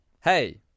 Hey